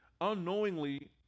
unknowingly